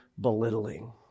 belittling